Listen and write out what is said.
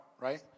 right